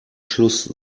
schluss